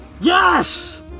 Yes